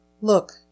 Look